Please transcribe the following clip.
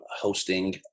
hosting